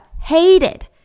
hated